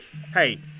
hey